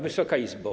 Wysoka Izbo!